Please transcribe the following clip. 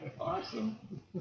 Awesome